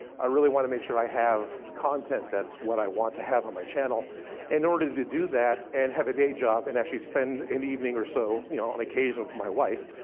i really want to make sure i have content, that's what i want to have on my channel. and in order to do that, and have a day job, and actually spend and evening or so, you know on occasion with my wife,